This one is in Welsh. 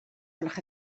gwelwch